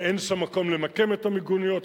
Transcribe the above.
ואין שם מקום למקם את המיגוניות,